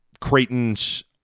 Creighton's